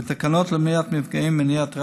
ותקנות למניעת מפגעים (מניעת רעש),